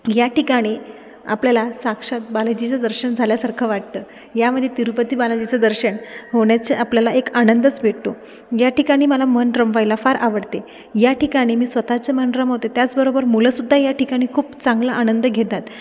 या ठिकाणी आपल्याला साक्षात बालाजीचं दर्शन झाल्यासारखं वाटतं यामध्ये तिरुपती बालाजीचं दर्शन होण्याचे आपल्याला एक आनंदच भेटतो या ठिकाणी मला मन रमवायला फार आवडते या ठिकाणी मी स्वतःचं मन रमवते त्याचबरोबर मुलंसुद्धा या ठिकाणी खूप चांगला आनंद घेतात